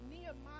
Nehemiah